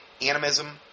Animism